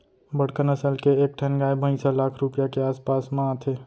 बड़का नसल के एक ठन गाय भईंस ह लाख रूपया के आस पास म आथे